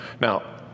now